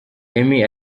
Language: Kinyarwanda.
emmy